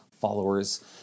followers